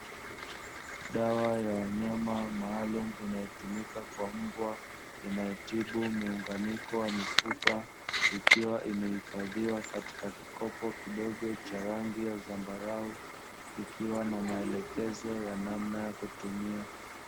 Dawa ya wanyama maalumu inayotumika kwa mbwa, inayotibu mionganiko ya mifupa, ikiwa imehifadhiwa katika kikopo kidogo chenye rangi ya zambarau kikiwa na maelekezo ya namna ya kutumia.